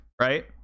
right